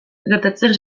gertatzen